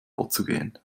vorzugehen